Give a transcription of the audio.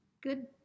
good